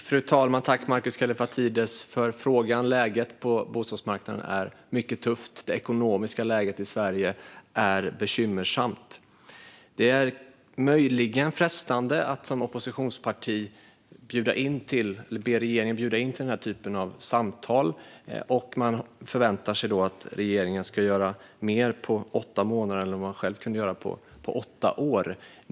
Fru talman! Tack, Markus Kallifatides, för frågan! Läget på bostadsmarknaden är mycket tufft. Det ekonomiska läget i Sverige är bekymmersamt. Det är möjligen frestande att som oppositionsparti be regeringen att bjuda in till den här typen av samtal. Man förväntar sig då att regeringen ska göra mer på åtta månader än man själv kunde göra på åtta år.